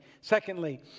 Secondly